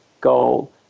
goal